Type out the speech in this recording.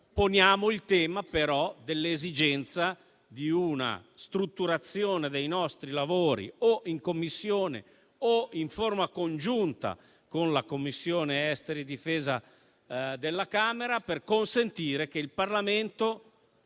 Poniamo però il tema dell'esigenza di una strutturazione dei nostri lavori, in Commissione o in forma congiunta con le Commissioni affari esteri e difesa della Camera, per consentire che il Parlamento